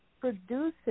produces